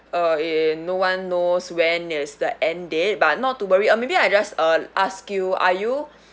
uh no one knows when is the end date but not to worry uh maybe I just uh ask you are you